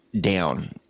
down